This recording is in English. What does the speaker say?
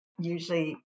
usually